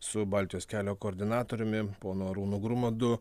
su baltijos kelio koordinatoriumi ponu arūnu grumadu